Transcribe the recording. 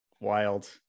wild